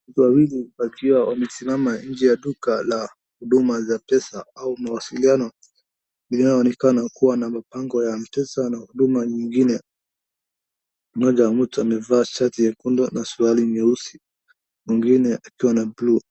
Watu wawili wakiwa wamesimama nje ya duka la huduma za pesa au mawasiliano linoloonekana kuwa na mipango ya M-PESA na huduma nyingine. Mmoja wa mtu amevaa shati nyekundu na suruali nyeusi, mwingine akiwa na buluu.